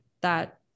that-